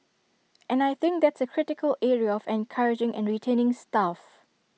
and I think that's A critical area of encouraging and retaining staff